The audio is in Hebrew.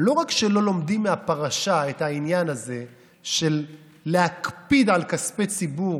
שלא רק שלא לומדים מהפרשה את העניין הזה של להקפיד על כספי ציבור,